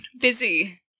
Busy